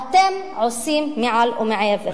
אתם עושים מעל ומעבר.